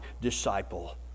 disciple